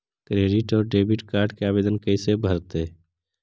Credit और debit card के आवेदन कैसे भरैतैय?